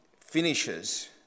finishes